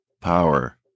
power